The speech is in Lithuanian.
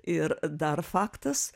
ir dar faktas